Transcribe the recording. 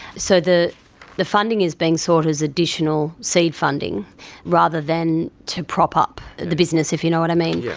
so the the funding is being sought as additional seed funding rather than to prop up the business, if you know what i mean. yeah